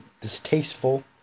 Distasteful